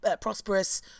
prosperous